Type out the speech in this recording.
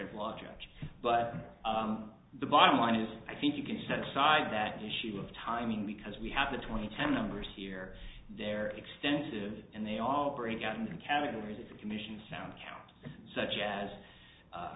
of logic but the bottom line is i think you can set aside that issue of timing because we have the twenty time numbers here they're extensive and they all break out in the categories that the commission found accounts such as